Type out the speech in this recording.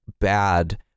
bad